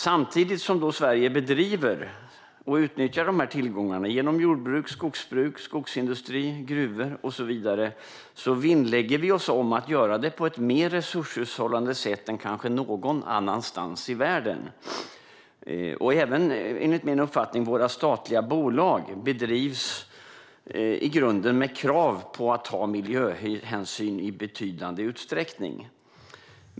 Samtidigt som Sverige bedriver och utnyttjar de här tillgångarna genom jordbruk, skogsbruk, skogsindustri, gruvdrift och så vidare vinnlägger vi oss om att göra det på ett mer resurshushållande sätt än kanske någon annanstans i världen. Även våra statliga bolag bedrivs, enligt min uppfattning, i grunden med krav på att ta miljöhänsyn i betydande utsträckning.